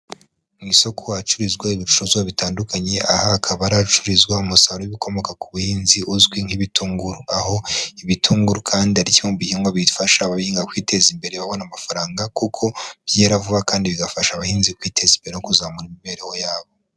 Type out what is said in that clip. Mu isoko hacuruzwa ibicuruzwa bitandukanye, aha hakaba hacururizwa umusaruro w'ibikomoka ku buhinzi, uzwi nk'ibitunguru. Aho ibitunguru kandi ari kimwe mu bihingwa bifasha ababihinga kwiteza imbere, babona amafaranga, kuko byera vuba kandi bigafasha abahinzi kwiteza imbere no kuzamura imibereho yabo.